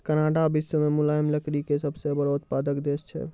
Canada विश्व मॅ मुलायम लकड़ी के सबसॅ बड़ो उत्पादक देश छै